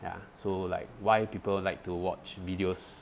ya so like why people like to watch videos